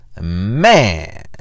Man